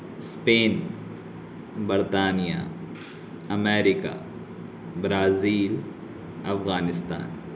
Spain برطانیہ America Brazil Afghanistan